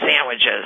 sandwiches